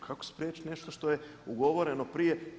Kako spriječiti nešto što je ugovoreno prije.